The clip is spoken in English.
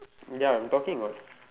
ya I'm talking what